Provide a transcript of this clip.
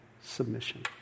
submission